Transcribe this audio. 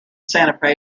santa